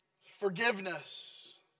Forgiveness